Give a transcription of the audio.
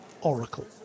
Oracle